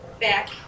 back